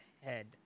head